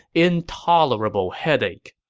intolerable headache.